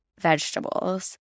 vegetables